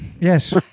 Yes